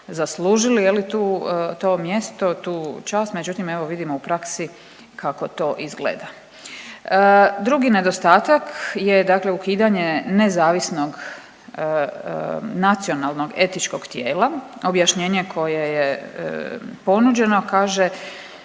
zaslužili je li tu, to mjesto, tu čast, međutim evo vidimo u praksi kako to izgleda. Drugi nedostatak je dakle ukidanje nezavisnog nacionalnog etičkog tijela. Objašnjenje koje je ponuđeno kaže